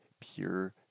pure